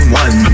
one